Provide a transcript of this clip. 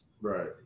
Right